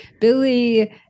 Billy